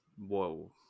whoa